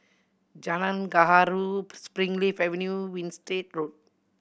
Jalan Gaharu Springleaf Avenue Winstedt Road